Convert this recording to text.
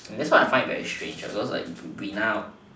that's why I find it very strange because like we now